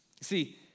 see